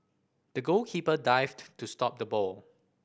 the goalkeeper dived to stop the ball